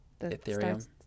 Ethereum